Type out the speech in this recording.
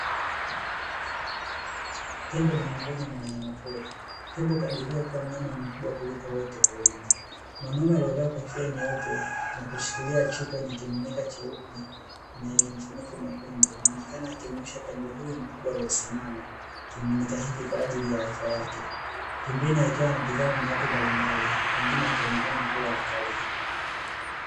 Tembo ni miongoni mwa wanyama pori, tembo hukadiliwa kuwa ni mnyama mkubwa kuliko wote porini. Mwanaume aliyevaa kofia nyeupe na kushikilia chupa yenye kimiminika cheupe na yenye mfuniko mwekundu anaonekana akimnywesha tembo huyu mkubwa alosimama kimiminika hiki kwa ajili ya afya yake pembeni akiwa anatizamwa na watu mbalimbali wengine wakionekana kuwa watalii.